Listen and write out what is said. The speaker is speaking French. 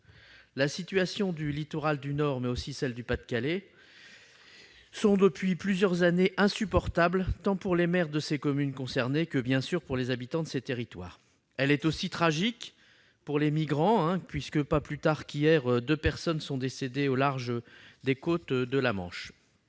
La situation du littoral du Nord et du Pas-de-Calais est depuis plusieurs années insupportables, tant pour les maires des communes concernées que pour les habitants de ces territoires, bien sûr. Elle est aussi tragique pour les migrants. Hier encore, deux personnes sont décédées au large des côtes de la Manche.